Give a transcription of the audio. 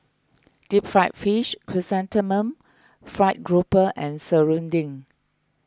Deep Fried Fish Chrysanthemum Fried Grouper and Serunding